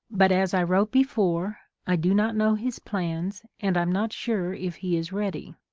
but, as i wrote before, i do not know his plans, and i'm not sure if he is ready.